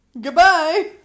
Goodbye